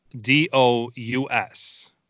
D-O-U-S